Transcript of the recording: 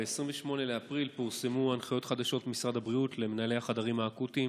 ב-28 באפריל פורסמו הנחיות חדשות ממשרד הבריאות למנהלי החדרים האקוטיים